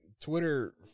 Twitter –